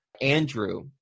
Andrew